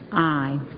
i